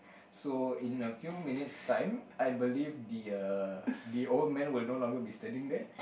so in a few minutes time I believe the uh the old man will no longer be standing there